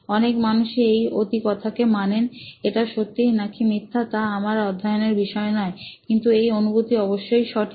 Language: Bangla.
অনেক মানুষই এই অতিকথাকে মানেন এটা সত্যি নাকি মিথ্যা তামার অধ্যয়নের বিষয় নয় কিন্তু এই অনুভূতি অবশ্যই সঠিক